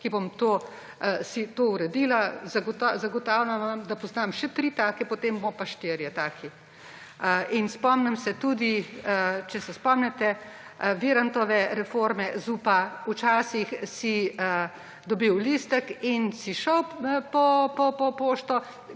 si bomo to uredili. Zagotavljam vam, da poznam še tri take, potem bomo pa štirje taki. Spomnim se tudi – če se spomnite Virantove reforme ZUP – včasih si dobil listek in si šel po pošto,